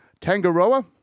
Tangaroa